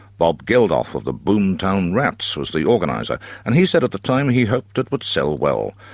bob geldof of the boomtown rats was the organiser and he said at the time he hoped it would sell well.